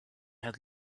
had